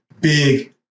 big